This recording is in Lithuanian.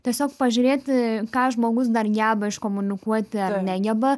tiesiog pažiūrėti ką žmogus dar geba iškomunikuoti ar negeba